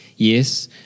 Yes